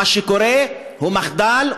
מה שקורה הוא מחדל,